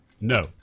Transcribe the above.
No